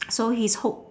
so he hop